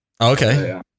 okay